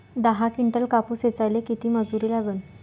दहा किंटल कापूस ऐचायले किती मजूरी लागन?